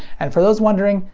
and for those wondering,